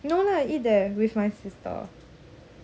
no lah I eat there with my sister